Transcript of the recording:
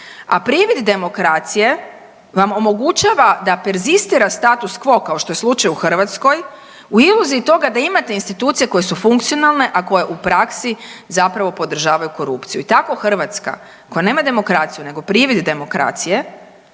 a privid demokracije vam omogućava da perzistira status quo kao što je slučaj u Hrvatskoj u iluziji toga da imate institucije koje su funkcionalne, a koje u praksi zapravo podržavaju korupciju. I tako Hrvatska koja nema demokraciju nego privid demokracije